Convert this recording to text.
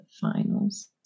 finals